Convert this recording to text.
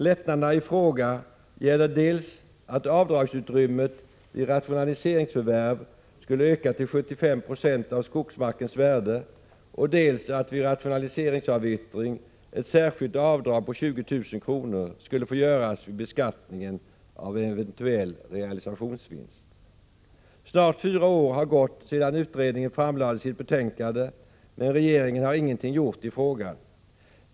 Lättnaderna i fråga gäller dels att avdragsutrymmet vid rationaliseringsförvärv skulle öka till 75 96 av skogsmarkens värde, dels att vid rationaliseringsavyttring ett särskilt avdrag på 20 000 kr. skulle få göras vid beskattningen av eventuell realisationsvinst. Snart fyra år har gått sedan utredningen framlade sitt betänkande, men regeringen har ingenting gjort i frågan.